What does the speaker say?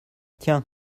tiens